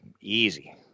easy